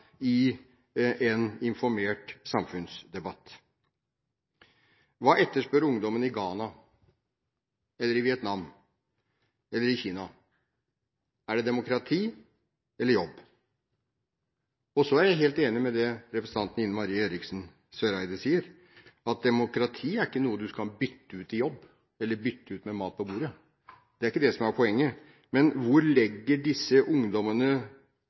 i en informert samfunnsdebatt? Hva etterspør ungdommen i Ghana, i Vietnam, eller i Kina? Er det demokrati eller jobb? Så er jeg helt enig med det representanten Ine M. Eriksen Søreide sier, at demokrati ikke er noe man kan bytte ut med jobb, eller bytte ut med mat på bordet. Det er ikke det som er poenget, men hvor legger disse ungdommene